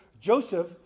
Joseph